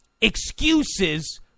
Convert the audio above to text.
excuses